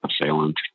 assailant